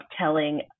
telling